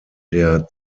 der